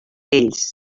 ells